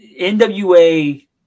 NWA